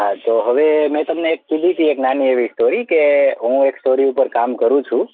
હા તો હવે મેં તમને એક કીધી હતી એક નાની એવી સ્ટોરી કે હું એક સ્ટોરી ઉપર કામ કરું છું